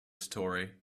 story